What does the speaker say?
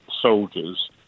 soldiers